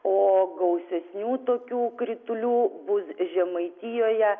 o gausesnių tokių kritulių bus žemaitijoje